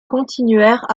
continuèrent